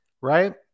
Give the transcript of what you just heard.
right